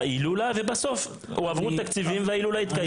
ההילולה, ובסוף הועברו תקציבים וההילולה התקיימה.